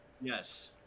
yes